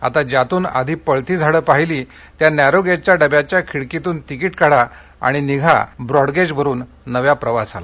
आता ज्यातून आधी पळती झाडं पाहिली त्या नस्पीजच्या डब्याच्या खिडकितून तिकीट काढा आणि निघा ब्रॉडगेजवरून नव्या प्रवासाला